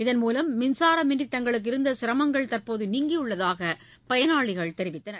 இதன்மூலம் மின்சாரமின்றி தங்களுக்கு இருந்த சிரமங்கள் தற்போது நீங்கியுள்ளதாக பயனாளிகள் தெரிவித்தனர்